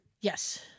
Yes